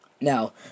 Now